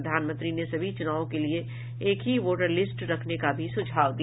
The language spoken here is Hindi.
प्रधानमंत्री ने सभी चुनावों के लिए एक ही वोटर लिस्ट रखने का भी सुझाव दिया